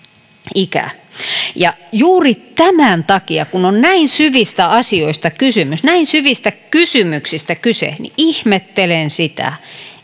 ikää juuri tämän takia kun on näin syvistä asioista kysymys näin syvistä kysymyksistä kyse ihmettelen sitä